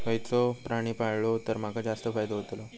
खयचो प्राणी पाळलो तर माका जास्त फायदो होतोलो?